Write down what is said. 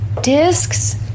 discs